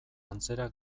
antzera